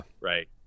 Right